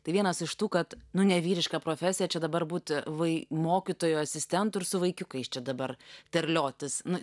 tai vienas iš tų kad nu nevyriška profesija čia dabar būti vai mokytojo asistentu ir su vaikiukais čia dabar terliotis na